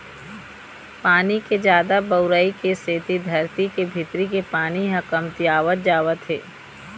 पानी के जादा बउरई के सेती धरती के भीतरी के पानी ह कमतियावत जावत हे